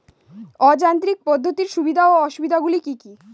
অযান্ত্রিক পদ্ধতির সুবিধা ও অসুবিধা গুলি কি কি?